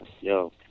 Yo